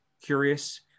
curious